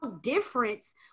difference